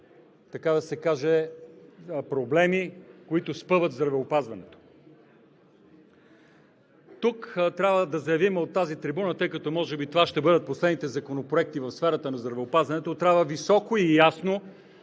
така да се каже, проблеми, които спъват здравеопазването. Тук от тази трибуна трябва да заявим – тъй като може би това ще бъдат последните законопроекти в сферата на здравеопазването, трябва високо и ясно